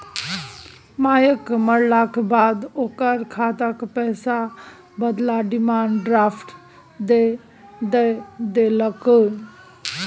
मायक मरलाक बाद ओकर खातक पैसाक बदला डिमांड ड्राफट दए देलकै